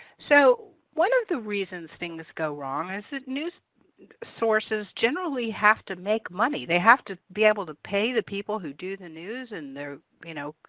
so one of the reasons things go wrong is that news sources generally have to make money. they have to be able to pay the people who do the news and, you know,